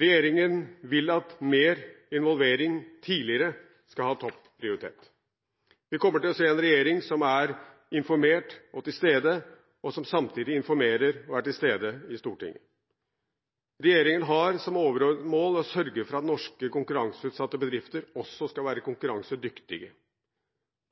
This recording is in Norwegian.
Regjeringen vil at mer involvering tidligere skal ha topp prioritet. Vi kommer til å se en regjering som er informert og til stede, og som samtidig informerer og er til stede i Stortinget. Regjeringen har som overordnet mål å sørge for at norske konkurranseutsatte bedrifter også skal være konkurransedyktige.